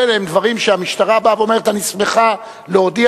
בו את מתקני ההתפלה ואת המתקנים להשבת קולחים,